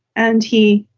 and he